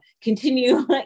continue